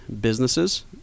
businesses